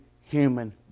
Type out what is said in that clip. human